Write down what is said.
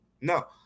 No